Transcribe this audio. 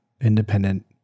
independent